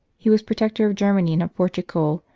he was protector of germany and of portugal,